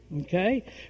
Okay